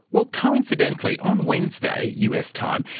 well, coincidentally, on wednesday, us time,